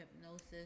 hypnosis